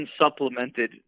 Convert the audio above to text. unsupplemented